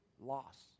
Loss